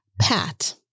Pat